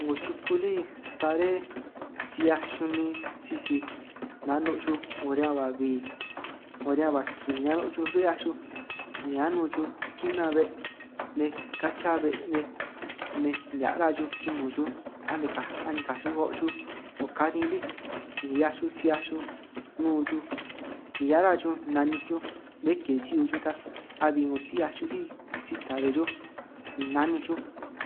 'Ngo chuku lí staré si 'hiaj xuj min sisi nano' xuj 'ngo riñan ba bi 'ngo riñan ba kin nano' xuj ru'hiaj xuj, ni ano' xuj skina be' nej kán chihia be' nej nej nihia' ruba xuj kinun xuj anikaj anikaj xuj o' xuj 'ngo karin lí, ni 'hiaj xuj si'hiaj xuj nun xuj ni 'hiaj ra xuj naninj xuj bé ke siu xuj ta abi 'ngo si'hiaj xuj lí, si-stare xuj naninj xuj